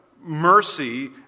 mercy